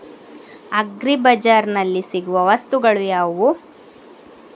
Agri ಬಜಾರ್ನಲ್ಲಿ ಸಿಗುವ ವಸ್ತುಗಳು ಯಾವುವು?